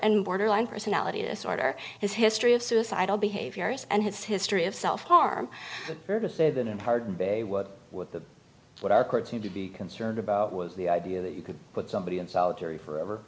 and borderline personality disorder his history of suicidal behavior and his history of self harm to say that in part barry what with the what our courts seem to be concerned about was the idea that you could put somebody in solitary for